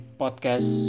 podcast